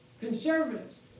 conservatives